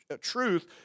truth